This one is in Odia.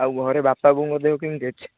ଆଉ ଘରେ ବାପା ବୋଉଙ୍କ ଦେହ କେମିତି ଅଛି